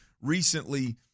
recently